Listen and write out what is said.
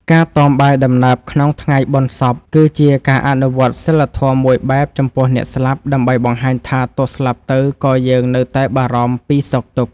ការតមបាយដំណើបក្នុងថ្ងៃបុណ្យសព គឺជាការអនុវត្តសីលធម៌មួយបែបចំពោះអ្នកស្លាប់ ដើម្បីបង្ហាញថាទោះស្លាប់ទៅក៏យើងនៅតែបារម្ភពីសុខទុក្ខ។